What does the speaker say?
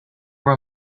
were